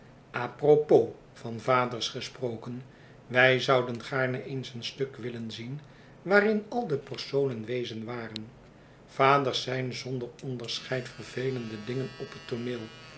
a propos van vaders gesproken wij zouden gaarne eens een stuk willen zien waarin al de personen weezen waren vaders zijn zonder onderscheid vervelende dingen op het tooneel